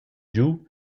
giu